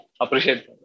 appreciate